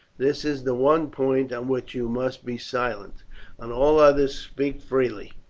this is the one point on which you must be silent on all others speak freely.